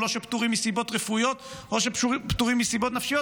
או שפטורים מסיבות רפואיות או שפטורים מסיבות נפשיות,